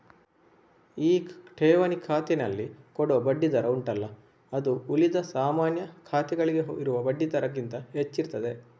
ಈ ಠೇವಣಿ ಖಾತೆನಲ್ಲಿ ಕೊಡುವ ಬಡ್ಡಿ ದರ ಉಂಟಲ್ಲ ಅದು ಉಳಿದ ಸಾಮಾನ್ಯ ಖಾತೆಗಳಿಗೆ ಇರುವ ಬಡ್ಡಿ ದರಕ್ಕಿಂತ ಹೆಚ್ಚಿರ್ತದೆ